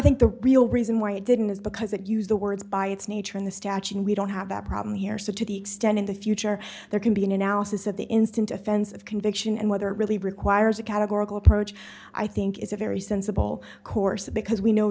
think the real reason why it didn't is because it used the words by its nature in the statute and we don't have that problem here so to the extent in the future there can be an analysis of the instant offense of conviction and whether it really requires a categorical approach i think is a very sensible course because we know